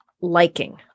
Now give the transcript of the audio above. liking